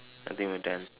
I think we are done